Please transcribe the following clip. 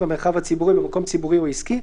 במרחב הציבורי או במקום ציבורי או עסקי,